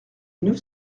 neuf